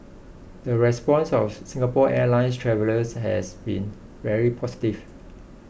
the response of Singapore Airlines travellers has been very positive